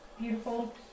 beautiful